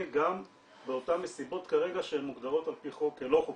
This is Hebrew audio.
גם באותן מסיבות כרגע שהן מוגדרות על פי חוק כלא חוקיות.